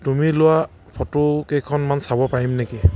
তুমি লোৱা ফটোকেইখনমান চাব পাৰিম নেকি